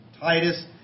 Titus